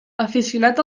aficionat